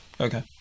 okay